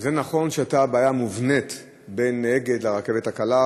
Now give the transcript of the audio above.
זה נכון שהייתה בעיה מובנית בין אגד לרכבת הקלה,